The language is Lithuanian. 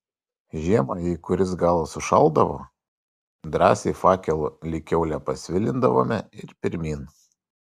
žiemą jei kuris galas užšaldavo drąsiai fakelu lyg kiaulę pasvilindavome ir pirmyn